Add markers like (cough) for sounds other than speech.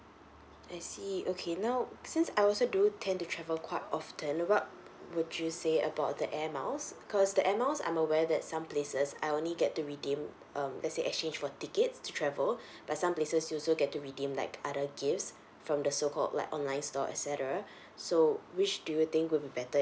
I see okay now since I also do tend to travel quite often what would you say about the air miles because the air miles I'm aware that some places I only get to redeem um let's say exchange for tickets travel (breath) but some places you also get to redeem like other gifts from the so called like online store et cetera so which do you think will be better